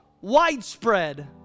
widespread